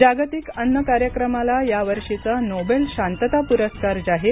जागतिक अन्न कार्यक्रमाला यावर्षीचा नोबेल शांतता प्रस्कार जाहीर